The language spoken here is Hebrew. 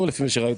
שזרם,